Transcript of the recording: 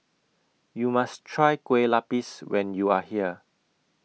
YOU must Try Kue Lupis when YOU Are here